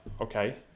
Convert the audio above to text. okay